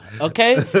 okay